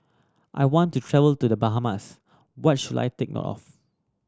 I want to travel to The Bahamas what should I take note of